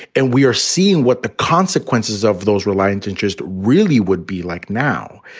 and we are seeing what the consequences of those reliance interests really would be like now.